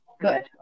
Good